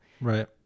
right